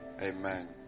Amen